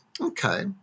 Okay